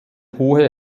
hohe